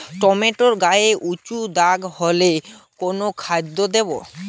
Tomato গায়ে উচু দাগ হলে কোন অনুখাদ্য দেবো?